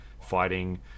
fighting